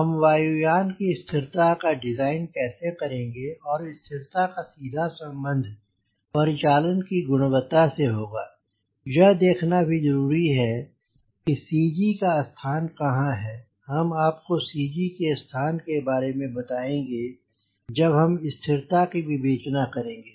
हम वायु यान की स्थिरता का डिज़ाइन कैसे करेंगे और स्थिरता का सीधा सम्बन्ध परिचालन की गुणवत्ता से होगा यह देखना भी जरूरी है की सी जी का स्थान कहाँ है हम आपको सी जी के स्थान के बारे बताएँगे जब हम स्थिरता की विवेचना करेंगे